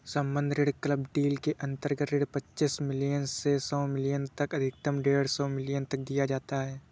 सम्बद्ध ऋण club deal के अंतर्गत ऋण पच्चीस मिलियन से सौ मिलियन तक अधिकतम डेढ़ सौ मिलियन तक दिया जाता है